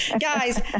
Guys